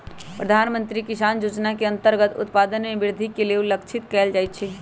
प्रधानमंत्री किसान जोजना के अंतर्गत उत्पादन में वृद्धि के सेहो लक्षित कएल जाइ छै